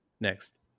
next